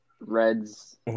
Reds